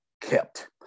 kept